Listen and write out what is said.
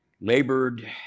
labored